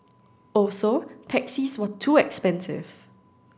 also taxis were too expensive